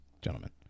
gentlemen